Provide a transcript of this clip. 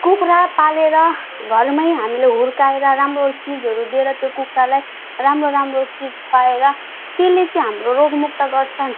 कुखुरा पालेर घरमै हामीले हुर्काएर राम्रो चिजहरू दिएर त्यो कुखुरालाई राम्रो राम्रो चिज खुवाएर त्यसले चाहिँ हाम्रो रोगमुक्त गर्छन्